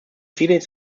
feelings